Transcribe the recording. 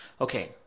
Okay